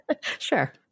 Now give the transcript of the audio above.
Sure